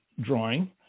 drawing